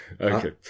Okay